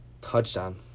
touchdown